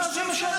מה זה משנה?